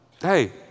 hey